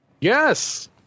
Yes